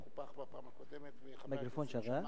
אדוני היושב-ראש,